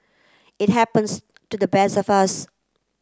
it happens to the best of us